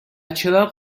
چراغ